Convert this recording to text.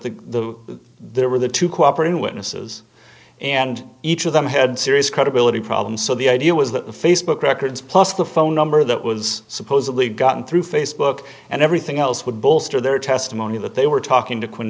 the the there were the two cooperating witnesses and each of them had serious credibility problems so the idea was that the facebook records plus the phone number that was supposedly gotten through facebook and everything else would bolster their testimony that they were talking to